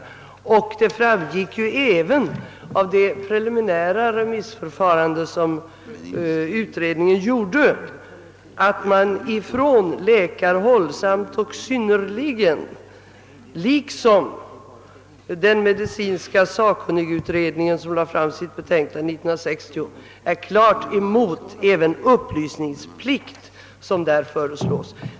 Av utredningens preliminära remissförfarande framgick också att läkarna liksom den medicinska sakkunnigutredning som lade fram sitt betänkande 1960 samt och synnerligen är klart emot även den upplysningsplikt som föreslås.